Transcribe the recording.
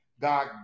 God